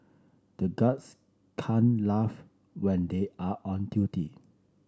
the guards can't laugh when they are on duty